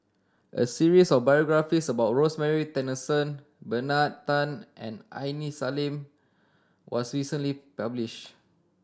a series of biographies about Rosemary Tessensohn Bernard Tan and Aini Salim was recently published